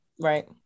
Right